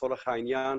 לצורך העניין.